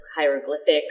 hieroglyphics